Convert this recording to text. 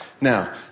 Now